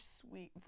sweet